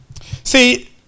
See